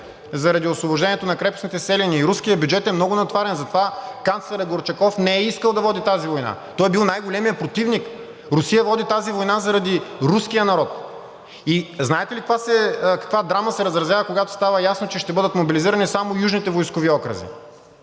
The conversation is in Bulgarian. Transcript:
заради освобождението на крепостните селяни и руският бюджет е много натоварен, затова канцлерът Горчаков не е искал да води тази война, той е бил най-големият противник. Русия води тази война заради руския народ. Знаете ли каква драма се разразява, когато става ясно, че ще бъдат мобилизирани само южните войскови окръзи?